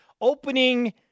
opening –